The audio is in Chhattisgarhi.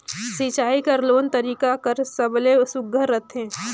सिंचाई कर कोन तरीका हर सबले सुघ्घर रथे?